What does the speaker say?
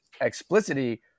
explicitly